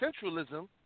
centralism